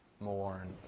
Mourn